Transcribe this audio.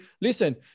listen